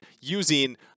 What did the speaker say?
using